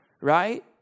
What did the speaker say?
right